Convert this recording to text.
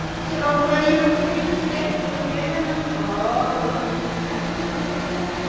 so will you please get, you've given them, oh look, let's see what did you get?